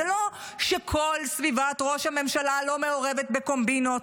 זה לא שכל סביבת ראש הממשלה לא מעורבת בקומבינות,